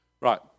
Right